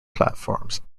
platforms